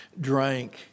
drank